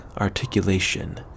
articulation